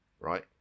right